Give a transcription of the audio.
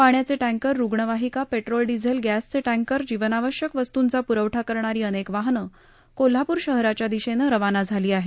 पाण्याचे टँकर रुग्णवाहिका petrol diesel गक्षचे टँकर जीवनावश्यक वस्तूंचा प्रवठा करणारी अनेक वाहन कोल्हापूर शहराच्या दिशेनं रवाना झाली आहेत